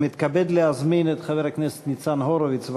ומתכבד להזמין את חבר הכנסת ניצן הורוביץ.